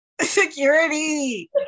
security